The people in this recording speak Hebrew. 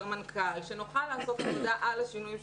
מנכ"ל כדי שנוכל לעשות עבודה על השינויים שקורים.